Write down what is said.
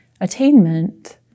attainment